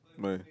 why